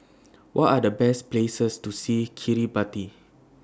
What Are The Best Places to See Kiribati